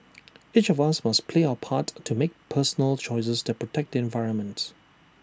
each of us must play our part to make personal choices that protect the environment